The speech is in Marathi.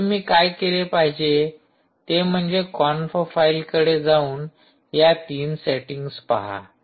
आता तुम्ही काय केले पाहिजे ते म्हणजे कॉन्फ फाईलकडे जाऊन या तीन सेटिंग्स पहा